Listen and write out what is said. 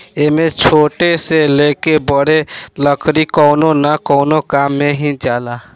एमे छोट से लेके बड़ लकड़ी कवनो न कवनो काम मे ही जाला